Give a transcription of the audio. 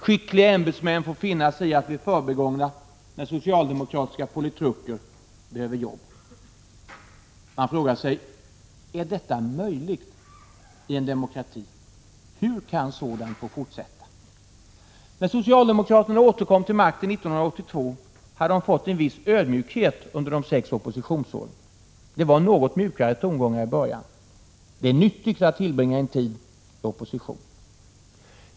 Skickliga ämbetsmän får finna sig i att bli förbigångna när socialdemokratiska politruker behöver ett jobb. Man frågar sig: Är detta möjligt i en demokrati? Hur kan sådant få fortsätta? När socialdemokraterna återkom till makten 1982 hade de fått en viss ödmjukhet under de sex oppositionsåren. Det var något mjukare tongångar i början. Det är nyttigt att tillbringa en tid i opposition.